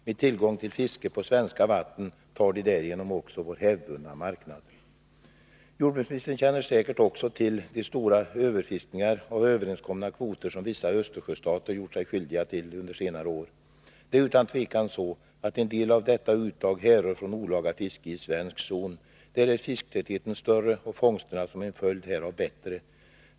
Med tillgång till fiske på svenska vatten tar de därigenom också vår hävdvunna marknad. Jordbruksministern känner säkert också till den stora överfiskning av överenskomna kvoter som vissa Östersjöstater gjort sig skyldiga till under senare år. Utan tvivel härrör en del av dessa uttag från olaga fiske i svensk zon. Där är fisketätheten större och fångsterna som en följd härav bättre.